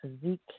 physique